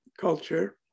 culture